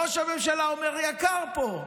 ראש הממשלה אומר: יקר פה,